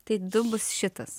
tai du bus šitas